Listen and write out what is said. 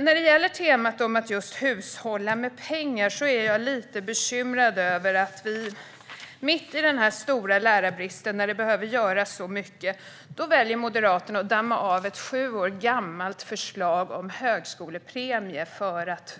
När det gäller temat att hushålla med pengar är jag lite bekymrad över att Moderaterna, mitt i den stora lärarbrist då det behöver göras så mycket, väljer att damma av ett sju år gammalt förslag om en examenspremie för att